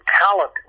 talent